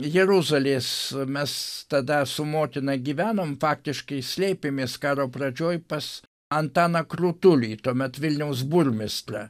jeruzalės mes tada su motina gyvenom faktiškai slėpėmės karo pradžioj pas antaną krutulį tuomet vilniaus burmistrą